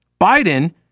Biden